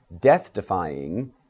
death-defying